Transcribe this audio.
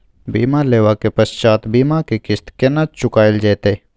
बीमा लेबा के पश्चात बीमा के किस्त केना चुकायल जेतै?